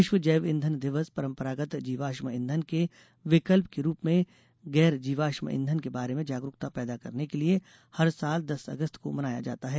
विश्व जैव ईंधन दिवस परंपरागत जीवाश्म ईंधन के विकल्प के रूप में गैर जीवाश्म ईंधन के बारे में जागरूकता पैदा करने के लिए हर साल दस अगस्त को मनाया जाता है